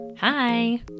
Hi